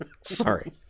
Sorry